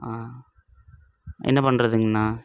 ஆ என்ன பண்ணுறதுங்ணா